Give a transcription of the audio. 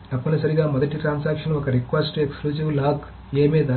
కాబట్టి తప్పనిసరిగా మొదటి ట్రాన్సాక్షన్ ఒక రిక్వెస్ట్ లు ఎక్సక్లూజివ్ లాక్ a మీద